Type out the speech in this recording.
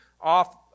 off